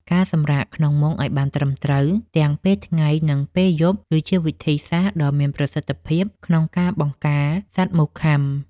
ការសម្រាកក្នុងមុងឱ្យបានត្រឹមត្រូវទាំងពេលថ្ងៃ និងពេលយប់គឺជាវិធីសាស្ត្រដ៏មានប្រសិទ្ធភាពក្នុងការបង្ការសត្វមូសខាំ។